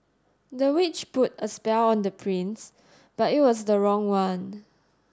the witch put a spell on the prince but it was the wrong one